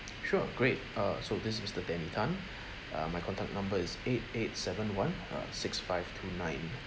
sure great uh so this is mister danny tan uh my contact number is eight eight seven one uh six five two nine